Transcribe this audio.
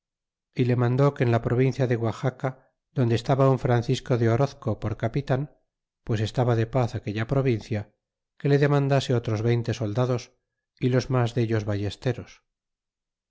y le mandó que en la provincia de guaxaca donde estaba un francisco de orozco por capitan pues estaba de paz aquella provincia que le demandase otros veinte soldados y los mas dellos ballesteros